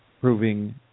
proving